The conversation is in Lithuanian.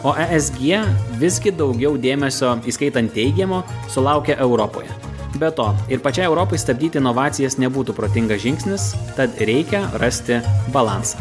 o e s g visgi daugiau dėmesio įskaitant teigiamo sulaukia europoje be to ir pačiai europai stabdyti inovacijas nebūtų protingas žingsnis tad reikia rasti balansą